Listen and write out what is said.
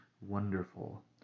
wonderful